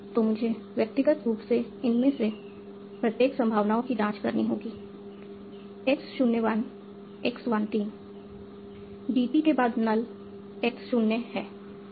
तो मुझे व्यक्तिगत रूप से इनमें से प्रत्येक संभावनाओं की जांच करनी होगी x 0 1 x 1 3 DT के बाद null x 0 1 है